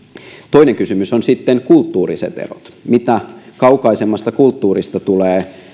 toinen kysymys ovat sitten kulttuuriset erot mitä kaukaisemmasta kulttuurista tulee